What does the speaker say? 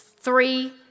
three